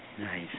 Nice